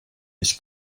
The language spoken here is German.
ich